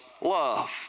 love